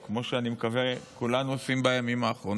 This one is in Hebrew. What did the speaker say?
כמו שאני מקווה שכולנו עושים בימים האחרונים.